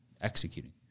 executing